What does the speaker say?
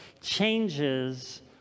changes